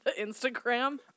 Instagram